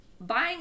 buying